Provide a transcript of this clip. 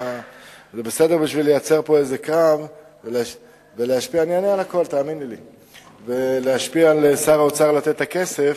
זה בסדר בשביל לייצר פה איזה קרב ולהשפיע על שר האוצר לתת את הכסף,